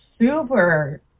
super